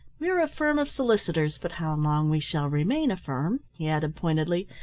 we are a firm of solicitors, but how long we shall remain a firm, he added pointedly,